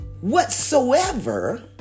whatsoever